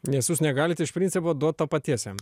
nes jūs negalit iš principo duot to paties jam